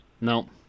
no